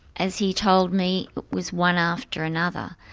as he told me, it was one after another.